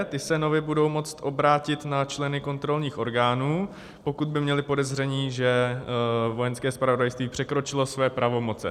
Ti se nově budou moct obrátit na členy kontrolních orgánů, pokud by měli podezření, že Vojenské zpravodajství překročilo své pravomoce.